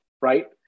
right